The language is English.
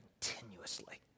continuously